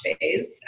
phase